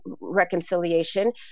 reconciliation